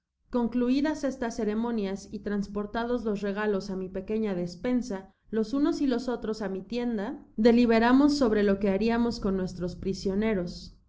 concluidas estas ceremonias y transportados los regalos á mi pequeña despensa los unos y los otros á mi tienda deliberamos sobre lo que hariamos con nuestros prisioneros la